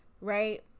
right